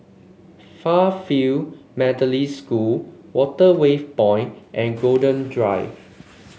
Fairfield Methodist School Waterway Point and Golden Drive